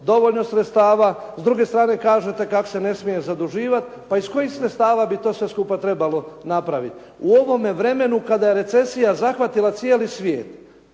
dovoljno sredstava, s druge strane kažete kako se ne smije zaduživati. Pa iz kojih sredstava bi sve to skupa trebalo napraviti? U ovome vremenu kada je recesija zahvatila cijeli svijet,